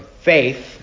faith